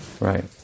Right